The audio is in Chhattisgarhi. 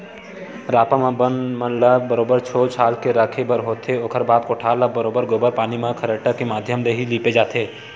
रापा म बन मन ल बरोबर छोल छाल के रखे बर होथे, ओखर बाद कोठार ल बरोबर गोबर पानी म खरेटा के माधियम ले ही लिपे जाथे